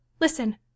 listen